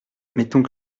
mettons